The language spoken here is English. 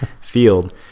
field